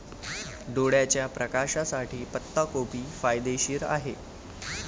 डोळ्याच्या प्रकाशासाठी पत्ताकोबी फायदेशीर आहे